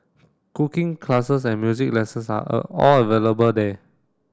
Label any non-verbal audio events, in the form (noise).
cooking classes and music lessons are (unintelligible) all available there